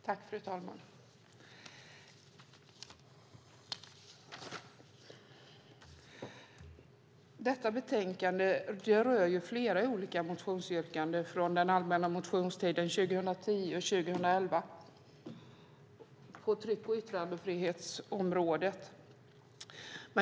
Fru talman! Detta betänkande rör flera olika motionsyrkanden från den allmänna motionstiden 2010 och 2011 på tryck och yttrandefrihetsområdet.